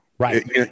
Right